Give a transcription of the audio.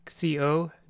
co